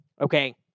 okay